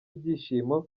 ibyishimo